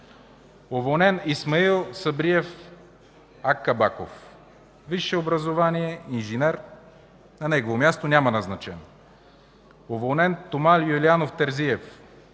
уволнен Исмаил Сабриев Аккабаков, висше образование – инженер, на негово място няма назначен; - уволнен Тома Юлиянов Терзиев,